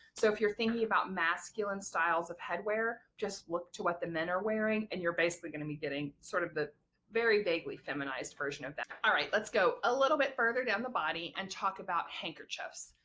so if you're thinking about masculine styles of headwear just look to what the men are wearing and you're basically going to be getting sort of the very vaguely feminized version of that. all right let's go a little bit further down the body and talk about handkerchiefs.